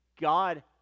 God